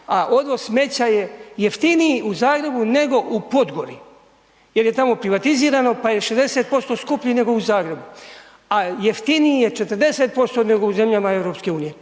a odvoz smeća je jeftiniji u Zagrebu nego u Podgori jer je tamo privatizirano pa je 60% skuplje nego u Zagrebu a jeftiniji je 40% nego u zemljama EU-a,